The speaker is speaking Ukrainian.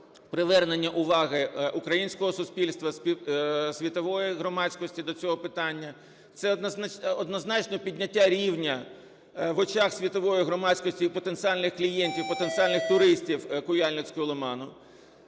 привернення уваги українського суспільства, світової громадськості до цього питання, це однозначно підняття рівня в очах світової громадськості і потенціальних клієнтів, потенціальних туристів Куяльницького лиману.